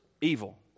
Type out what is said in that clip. evil